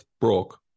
broke